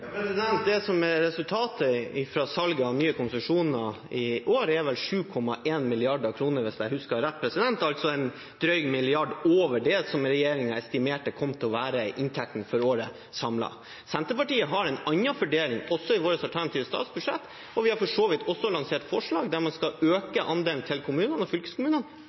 Det som er resultatet fra salget av nye konsesjoner i år, er vel 7,1 mrd. kr, hvis jeg husker rett, altså en drøy milliard over det som regjeringen estimerte kom til å være inntekten for året samlet. Vi i Senterpartiet har en annen fordeling også i vårt alternative statsbudsjett, og vi har for så vidt også lansert forslag der man skal øke andelen til kommunene og fylkeskommunene